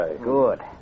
Good